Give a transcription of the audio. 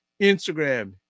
Instagram